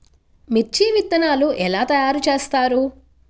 మిర్చి విత్తనాలు ఎలా తయారు చేస్తారు?